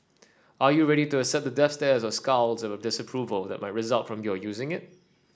are you ready to accept the death stare the scowls of disapproval that might result from your using it